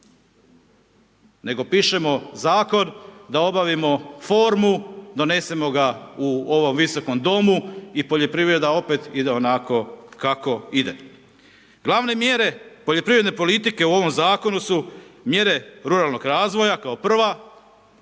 nego pišemo Zakon da obavimo formu, donesemo ga u ovom visokom domu i poljoprivreda ide onako kako ide. Glavne mjere poljoprivredne politike u ovom Zakonu su mjere ruralnog razvoja kao prva,